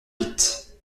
vite